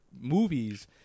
movies